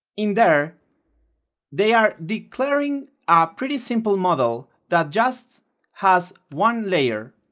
in there they are declaring a pretty simple model that just has one layer,